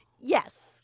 Yes